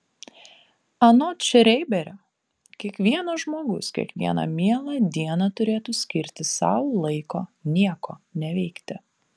anot šreiberio kiekvienas žmogus kiekvieną mielą dieną turėtų skirti sau laiko nieko neveikti